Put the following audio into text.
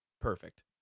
perfect